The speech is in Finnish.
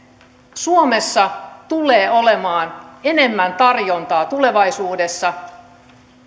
suomessa tulee olemaan enemmän tarjontaa tulevaisuudessa